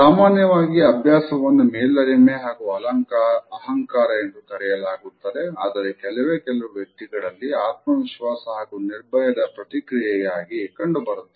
ಸಾಮಾನ್ಯವಾಗಿ ಅಭ್ಯಾಸವನ್ನು ಮೇಲರಿಮೆ ಹಾಗು ಅಹಂಕಾರ ಕರೆಯಲಾಗುತ್ತದೆ ಆದರೆ ಕೆಲವೇ ಕೆಲವು ವ್ಯಕ್ತಿಗಳಲ್ಲಿ ಆತ್ಮವಿಶ್ವಾಸ ಹಾಗೂ ನಿರ್ಭಯದ ಪ್ರತಿಕ್ರಿಯೆಯಾಗಿ ಕಂಡುಬರುತ್ತದೆ